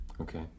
Okay